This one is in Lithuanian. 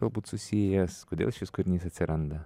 galbūt susijęs kodėl šis kūrinys atsiranda